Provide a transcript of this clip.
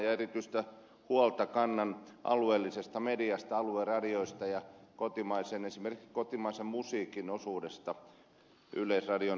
erityistä huolta kannan alueellisesta mediasta alueradioista ja esimerkiksi kotimaisen musiikin osuudesta yleisradion toiminnassa